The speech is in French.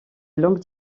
longue